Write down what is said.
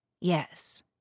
Yes